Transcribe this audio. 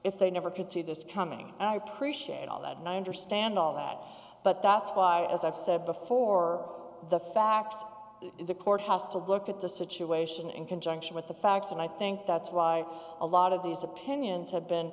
if they never could see this coming i appreciate all that and i understand all that but that's why as i've said before the facts in the courthouse to look at the situation in conjunction with the facts and i think that's why a lot of these opinions have been